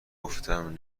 گفتم